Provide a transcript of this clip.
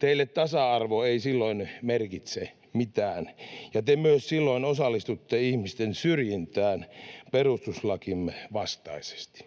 teille tasa-arvo ei silloin merkitse mitään ja te silloin myös osallistutte ihmisten syrjintään perustuslakimme vastaisesti.